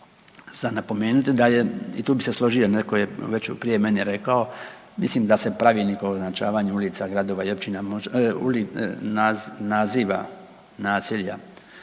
za napomenuti da je i tu bi se složio, neko je već prije mene rekao, mislim da se Pravilnikom o označavanju ulica, gradova i općina, naziva naselja